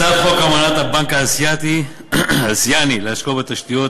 הצעת חוק אמנת הבנק האסייני להשקעות בתשתיות,